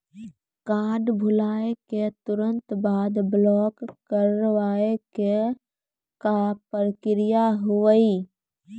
Card भुलाए के तुरंत बाद ब्लॉक करवाए के का प्रक्रिया हुई?